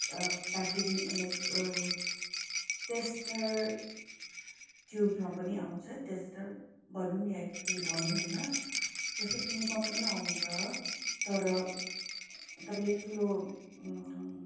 packaging like tester ट्युबमा पनि आउँछ टेस्टर भनौँ या केही भनौँ होइन त्यस्तो ट्युबमा पनि आउँछ तर तपाईँले ठुलो